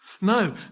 No